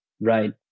right